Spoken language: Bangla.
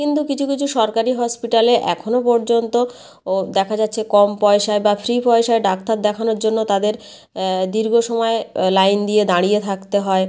কিন্তু কিছু কিছু সরকারি হসপিটালে এখনো পর্যন্ত ও দেখা যাচ্ছে কম পয়সায় বা ফ্রি পয়সায় ডাক্তার দেখানোর জন্য তাদের দীর্ঘ সময় লাইন দিয়ে দাঁড়িয়ে থাকতে হয়